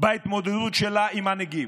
בהתמודדות שלה עם הנגיף,